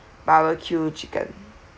barbecue chicken